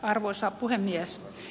arvoisa puhemies